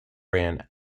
ran